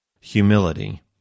humility